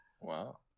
Wow